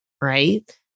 Right